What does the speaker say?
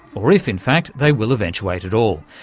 or if in fact they will eventuate at all.